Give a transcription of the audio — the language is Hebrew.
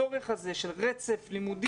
הצורך הזסה של רצף בלימודים,